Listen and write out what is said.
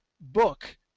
book